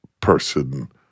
person